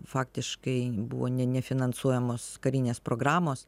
faktiškai buvo ne nefinansuojamos karinės programos